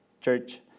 church